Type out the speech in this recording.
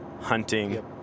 hunting